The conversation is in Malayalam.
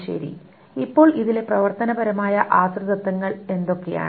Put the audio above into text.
ശെരി ഇപ്പോൾ ഇതിലെ പ്രവർത്തനപരമായ ആശ്രിതത്വങ്ങൾ എന്തൊക്കെയാണ്